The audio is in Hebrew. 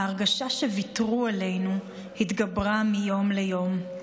ההרגשה שוויתרו עלינו התגברה מיום ליום.